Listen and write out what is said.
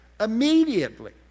Immediately